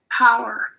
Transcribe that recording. power